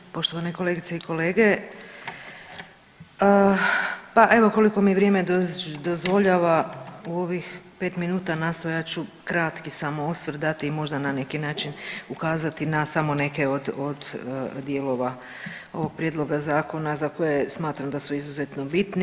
Poštovane kolegice i kolege, pa evo koliko mi vrijeme dozvoljava u ovih 5 minuta nastojat ću krati samo osvrt dati i možda na neki način ukazati na samo neke od, od dijelova ovog prijedloga zakona za koje smatram da su izuzetno bitni.